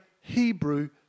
Hebrew